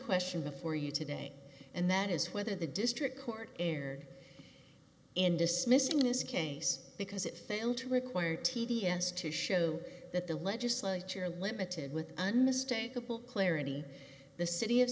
question before you today and that is whether the district court erred in dismissing this case because it failed to require t d s to show that the legislature limited with unmistakable clarity the city of